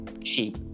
cheap